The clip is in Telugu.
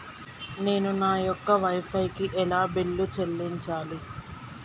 నేను నా యొక్క వై ఫై కి ఎలా బిల్లు చెల్లించాలి?